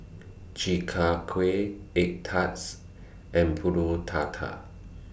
Chi Kak Kuih Egg Tarts and Pulut Tatal